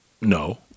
No